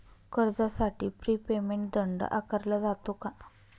कर्जासाठी pre payment दंड आकारला जातो का?